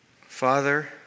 Father